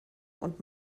und